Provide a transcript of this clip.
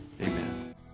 Amen